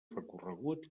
recorregut